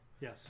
Yes